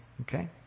okay